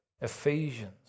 Ephesians